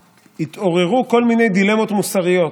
התעוררו כל מיני דילמות מוסריות,